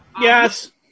Yes